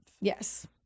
Yes